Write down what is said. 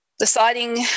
Deciding